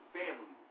family